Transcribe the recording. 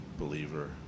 Believer